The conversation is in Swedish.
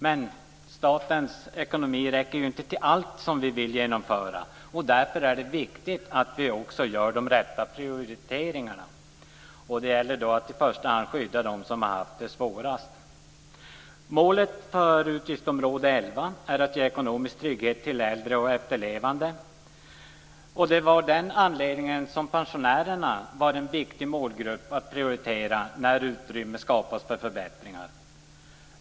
Men statens ekonomi räcker inte till allt som vi vill genomföra. Därför är det viktigt att vi gör de rätta prioriteringarna. Det gäller då att i första hand skydda dem som har haft det svårast. Målet för utgiftsområde 11 är att ge ekonomisk trygghet till äldre och efterlevande. Det är av den anledningen som pensionärerna varit en viktig målgrupp att prioritera när utrymme skapas för förbättringar.